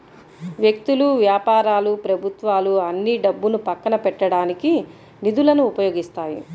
వ్యక్తులు, వ్యాపారాలు ప్రభుత్వాలు అన్నీ డబ్బును పక్కన పెట్టడానికి నిధులను ఉపయోగిస్తాయి